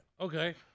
Okay